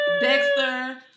Dexter